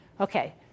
Okay